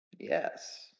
Yes